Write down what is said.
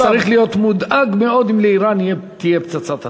ולכן העולם צריך להיות מודאג מאוד אם לאיראן תהיה פצצת אטום.